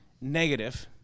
Negative